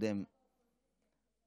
כשהיית בקואליציה.